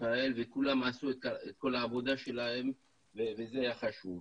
ישראל וכולם עשו את כל העבודה שלהם וזה היה חשוב.